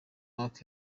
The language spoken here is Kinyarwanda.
luc